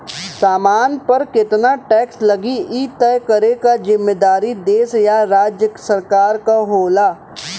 सामान पर केतना टैक्स लगी इ तय करे क जिम्मेदारी देश या राज्य सरकार क होला